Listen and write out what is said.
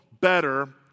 Better